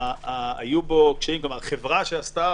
היו בו קשיים, החברה שעשתה